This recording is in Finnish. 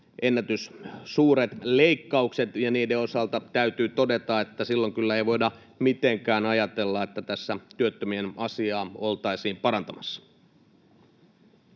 ennätyssuuret leikkaukset. Ja niiden osalta täytyy todeta, että silloin kyllä ei voida mitenkään ajatella, että tässä työttömien asiaa oltaisiin parantamassa.